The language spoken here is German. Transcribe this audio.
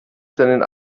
seinen